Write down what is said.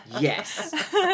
Yes